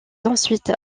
ensuite